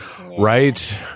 Right